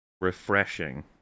Refreshing